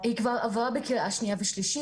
היא כבר עברה בקריאה שנייה ושלישית,